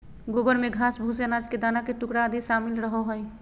गोबर में घास, भूसे, अनाज के दाना के टुकड़ा आदि शामिल रहो हइ